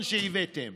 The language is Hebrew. כמובן מלצרים וטבחים.